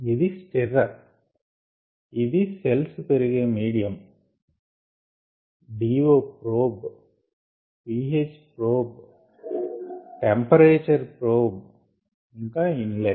ఇది స్టిర్రర్ ఇది సెల్స్ పెరిగే medium DO probe pH probe temperature probe ఇంకా ఇన్లెట్